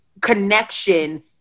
connection